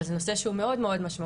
אבל זה נושא שהוא מאוד משמעותי.